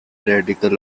radicals